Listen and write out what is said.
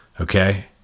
Okay